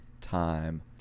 time